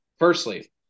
Firstly